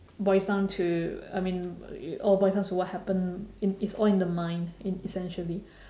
boils down to I mean it all boils down to what happen in it's all in the mind in essentially